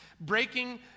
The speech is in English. breaking